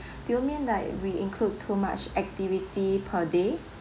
do you mean like we include too much activity per day